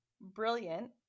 brilliant